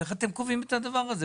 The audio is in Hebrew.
איך אתם קובעים את הדבר הזה?